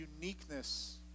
uniqueness